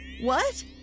what